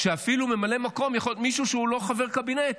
שאפילו ממלא מקום יכול להיות מישהו שהוא לא חבר קבינט